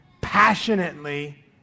passionately